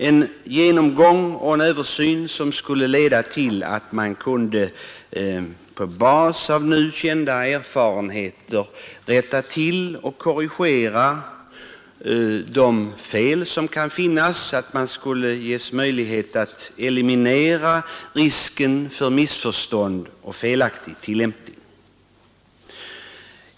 En sådan översyn skulle leda till att man på basis av nu kända erfarenheter kunde korrigera felen och därmed eliminera risken för missförstånd och felaktig tillämpning.